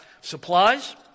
supplies